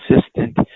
assistant